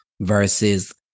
versus